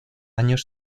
años